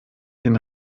den